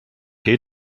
tee